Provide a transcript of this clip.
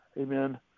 amen